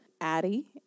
Addie